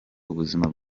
ubuzima